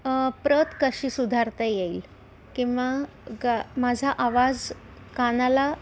प्रत कशी सुधारता येईल किंवा ग माझा आवाज कानाला